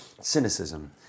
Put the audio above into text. cynicism